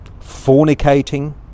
fornicating